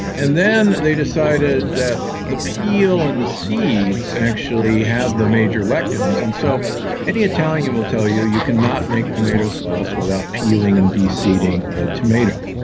and then they decided that the peel and the seeds actually had the major lectins, and so any italian will tell you, you cannot make tomato sauce without peeling and de-seeding a tomato.